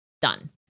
Done